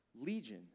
legion